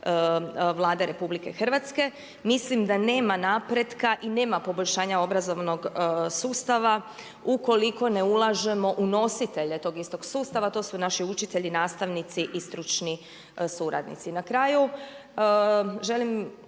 Vlade RH. Mislim da nema napretka i nema poboljšanja obrazovnog sustava ukoliko ne ulažemo u nositelje tog istog sustava, a to su naši učitelji, nastavnici i stručni suradnici. Na kraju želim